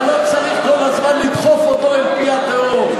אתה לא צריך כל הזמן לדחוף אותו אל פי התהום.